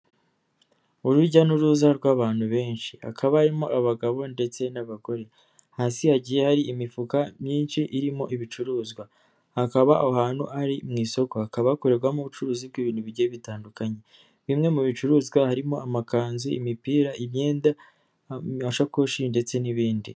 Urujya n'uruza rw'abantu benshi hakaba harimo abagabo ndetse n'abagore, hasi hagiye hari imifuka myinshi irimo ibicuruzwa. Hakaba aho ahantu ari mu isoko, hakaba hakorerwamo ubucuruzi bw'ibintu bigiye bitandukanye, bimwe mu bicuruzwa harimo amakanzu, imipira, imyenda, amashakoshi ndetse n'ibindi.